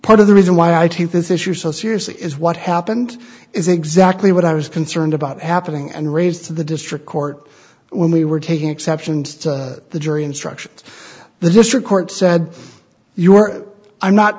part of the reason why i took this issue so seriously is what happened is exactly what i was concerned about happening and raised to the district court when we were taking exception to the jury instructions the district court said you were i'm not